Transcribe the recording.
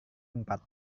empat